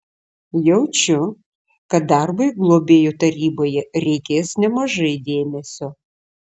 jaučiu kad darbui globėjų taryboje reikės nemažai dėmesio